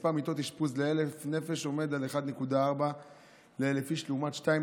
מספר מיטות האשפוז ל-1,000 נפש עומד על 1.4,